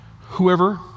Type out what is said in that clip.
whoever